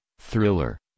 thriller